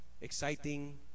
exciting